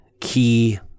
key